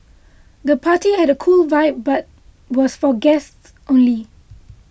the party had a cool vibe but was for guests only